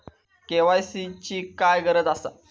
KYC ची काय गरज आसा?